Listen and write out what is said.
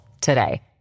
today